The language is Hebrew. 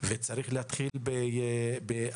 וצריך להתחיל באכיפה,